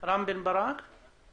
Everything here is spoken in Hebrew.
אני מצטרף למה שנאמר